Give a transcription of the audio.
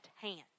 hand